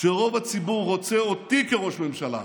שרוב הציבור רוצה אותי כראש ממשלה